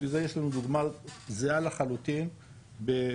לזה יש לנו דוגמה זהה לחלוטין באשדוד,